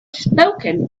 spoken